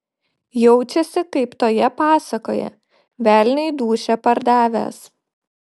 jaučiasi kaip toje pasakoje velniui dūšią pardavęs